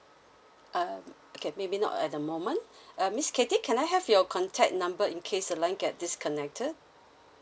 uh okay maybe not at the moment uh miss cathy can I have your contact number in case the line get disconnected